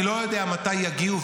אני לא יודע מתי יגיעו,